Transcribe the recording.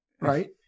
right